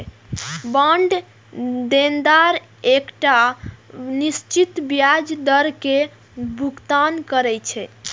bond देनदार कें एकटा निश्चित ब्याज दर के भुगतान करै छै